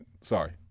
sorry